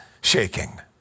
shaking